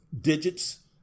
digits